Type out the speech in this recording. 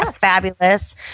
fabulous